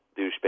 douchebag